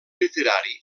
literari